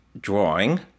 drawing